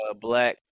black